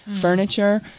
furniture